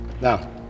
Now